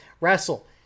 wrestle